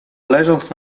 leżąc